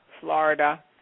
Florida